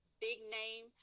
big-name